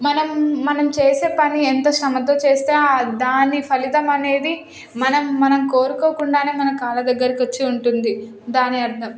మనం మనం చేసే పని ఎంత శ్రమతో చేస్తే దాని ఫలితం అనేది మనం మనం కోరుకోకుండానే మన కాళ్ళ దగ్గరికి వచ్చి ఉంటుంది దాని అర్థం